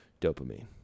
dopamine